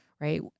Right